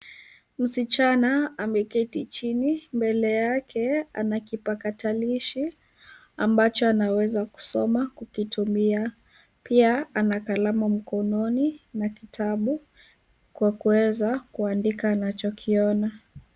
Msichana ameketi chini. Mbele yake ana kipakatalishi ambacho anaweza kusoma kukitumia. Pia ana kalamu mkononi na kitabu kwa kuweza kuandika anachokiona.